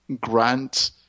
Grant